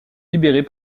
libéré